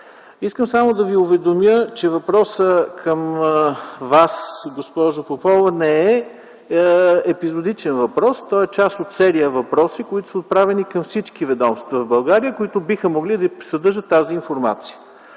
Искам само да Ви уведомя, че въпросът към Вас, госпожо Попова, не е епизодичен, той е част от серия въпроси, отправени към всички ведомства в България, които биха могли да съдържат тази информация.